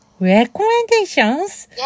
Recommendations